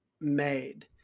made